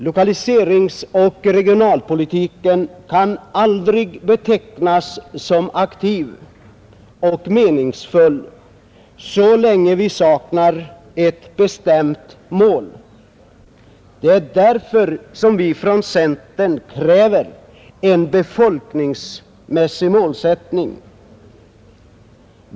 Lokaliseringsoch regionalpolitiken kan aldrig betecknas som aktiv och meningsfull så länge vi saknar ett bestämt mål. Det är därför som vi från centern kräver en befolkningsmässig målsättning.